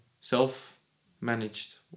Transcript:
self-managed